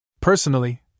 Personally